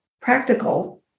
practical